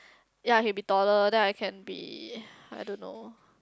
ya I can be taller then I can be I don't know